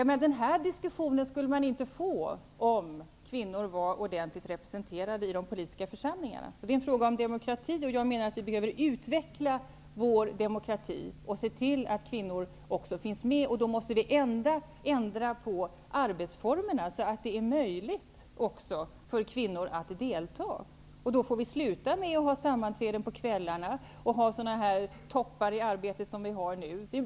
Den här diskussionen skulle vi inte få om kvinnor var ordentlig representerade i de politiska församlingarna. Detta är en fråga om demokrati. Vi behöver utveckla vår demokrati och se till att kvinnor finns med i det politiska arbetet. Men då måste vi ändra på arbetsformerna så att det blir möjligt även för kvinnor att delta. Då måste vi sluta med att ha sammanträden på kvällarna och ha sådana toppar i arbetet som vi nu har.